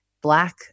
Black